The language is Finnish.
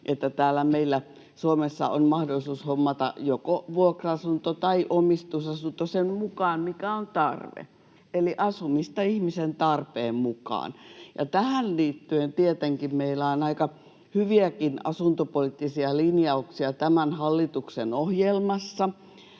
että täällä meillä Suomessa on mahdollisuus hommata joko vuokra-asunto tai omistusasunto sen mukaan, mikä on tarve, eli asumista ihmisen tarpeen mukaan. Tähän liittyen tietenkin meillä on tämän hallituksen ohjelmassa